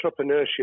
entrepreneurship